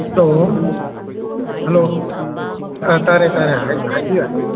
hello hello ꯑꯥ ꯇꯥꯔꯦ ꯇꯥꯔꯦ ꯍꯥꯏꯕꯤꯌꯨ ꯍꯥꯏꯕꯤꯌꯨ